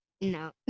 No